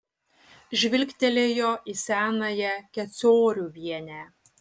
žvilgtelėjo į senąją kecoriuvienę